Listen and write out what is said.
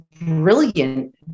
brilliant